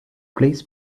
please